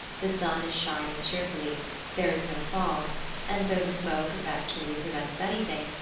the sun is shining cheerfully there is no fog and though the smoke effectually prevents anything,